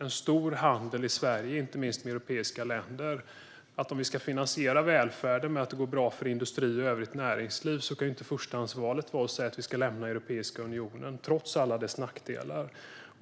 har stor handel med inte minst europeiska länder känner i alla fall jag att om vi ska finansiera välfärden med att det går bra för industrier och övrigt näringsliv kan inte förstahandsvalet vara att säga att vi ska lämna Europeiska unionen - trots alla dess nackdelar.